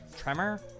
Tremor